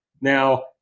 Now